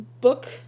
book